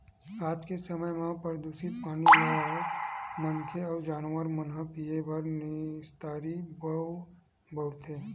आज के समे म परदूसित पानी ल मनखे अउ जानवर मन ह पीए बर, निस्तारी बर बउरथे